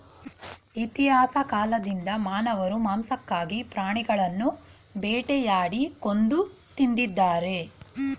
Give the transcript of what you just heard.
ಇತಿಹಾಸ ಕಾಲ್ದಿಂದ ಮಾನವರು ಮಾಂಸಕ್ಕಾಗಿ ಪ್ರಾಣಿಗಳನ್ನು ಬೇಟೆಯಾಡಿ ಕೊಂದು ತಿಂದಿದ್ದಾರೆ